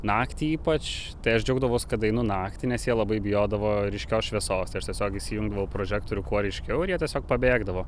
naktį ypač aš džiaugdavaus kad einu naktį nes jie labai bijodavo ryškios šviesos tai aš tiesiog įsijungdavau prožektorių kuo ryškiau ir jie tiesiog pabėgdavo